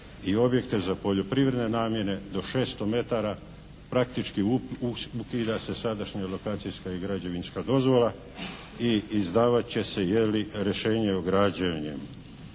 i objekte za poljoprivredne namjene do 600 metara. Praktički ukida se sadašnja lokacijska i građevinska dozvola i izdavat će se je li rješenje o građenjem.